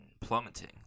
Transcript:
plummeting